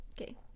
Okay